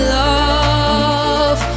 love